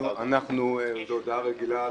אושרה.